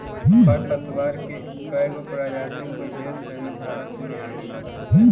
खर पतवार के कएगो प्रजाति विदेश से भी भारत मे आ गइल बा